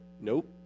Nope